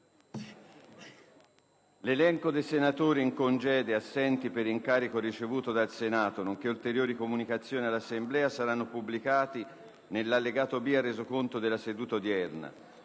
L'elenco dei senatori in congedo e assenti per incarico ricevuto dal Senato, nonché ulteriori comunicazioni all'Assemblea saranno pubblicati nell'allegato B al Resoconto della seduta odierna.